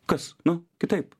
kas nu kitaip